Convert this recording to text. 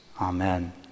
amen